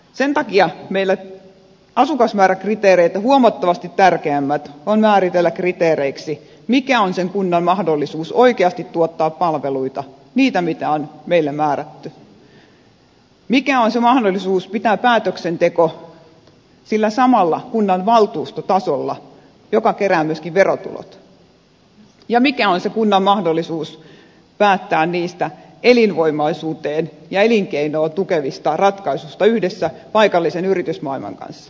sen takia meillä asukasmääräkriteereitä huomattavasti tärkeämpää on määritellä kriteereiksi mikä on sen kunnan mahdollisuus oikeasti tuottaa palveluita niitä mitä on meille määrätty mikä on se mahdollisuus pitää päätöksenteko sillä samalla kunnanvaltuustotasolla joka kerää myöskin verotulot ja mikä on se kunnan mahdollisuus päättää niistä elinvoimaisuutta ja elinkeinoa tukevista ratkaisuista yhdessä paikallisen yritysmaailman kanssa